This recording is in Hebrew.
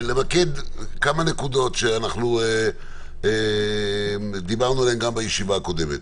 למקד כמה נקודות שאנחנו דיברנו עליהן גם בישיבה הקודמת.